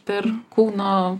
per kūno